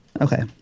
Okay